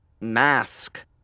mask